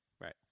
Right